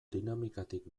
dinamikatik